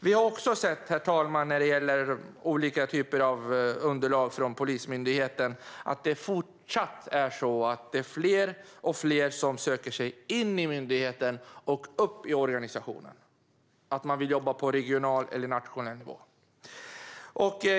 Vi har också sett, herr talman, när det gäller olika typer av underlag från Polismyndigheten att det fortsatt är så att det är fler och fler som söker sig in i myndigheten och upp i organisationen - man vill jobba på regional eller nationell nivå.